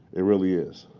it really is.